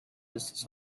this